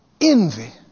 Envy